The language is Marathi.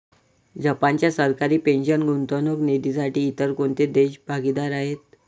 जपानच्या सरकारी पेन्शन गुंतवणूक निधीसाठी इतर कोणते देश भागीदार आहेत?